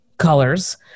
colors